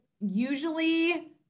usually